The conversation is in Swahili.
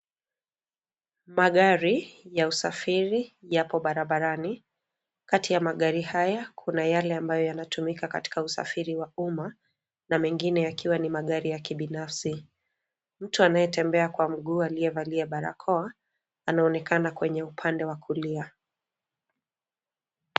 Magari ya usafiri yapo barabarani. Kati ya magari haya kuna yale ambayo yanatumika katika usafiri wa umma na mengine yakiwa ni magari ya kibinafsi. Mtu anayetembea kwa mguu aliyevalia barakoa anaonekana kwenye upande wa kulia.